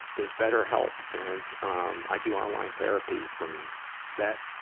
is betterhelp. and, um, i do online therapy from that,